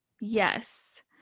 Yes